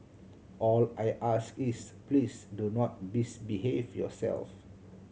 all I ask is please do not misbehave yourself